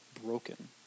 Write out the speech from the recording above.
broken